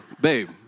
babe